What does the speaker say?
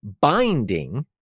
binding